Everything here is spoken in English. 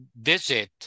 visit